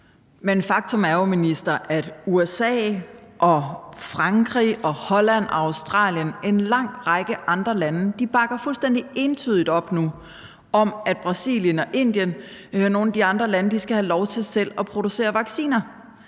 Men faktum er jo, minister, at USA og Frankrig og Holland og Australien – en lang række andre lande – nu bakker fuldstændig entydigt op om, at Brasilien og Indien og nogle af de andre lande skal have lov til selv at producere vacciner.